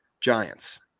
Giants